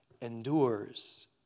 endures